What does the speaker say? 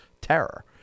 terror